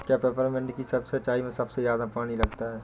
क्या पेपरमिंट की सिंचाई में सबसे ज्यादा पानी लगता है?